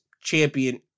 champion